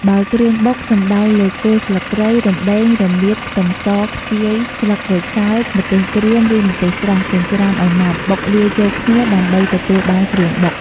បើគ្រឿងបុកសំដៅលើ គល់ស្លឹកគ្រៃ រំដេង រមៀត ខ្ទឹមស ខ្ជាយ ស្លឹកក្រូចសើច ម្ទេសក្រៀម ឬម្ទេសស្រស់ (ចិញ្ច្រាំឲ្យម៉ត់) បុកលាយចូលគ្នាដើម្បីទទួលបានគ្រឿងបុក។